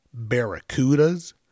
Barracudas